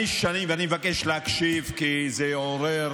אני מבקש להקשיב כי זה יעורר